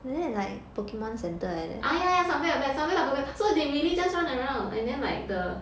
ah yeah yeah something like that something like pokemo~ so they really just run around and then like the